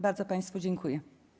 Bardzo państwu dziękuję.